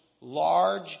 large